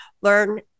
learn